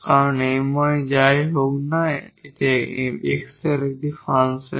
কারণ My যাই হোক x এর একটি ফাংশন